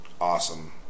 awesome